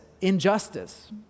injustice